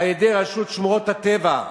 על-ידי רשות שמורות הטבע,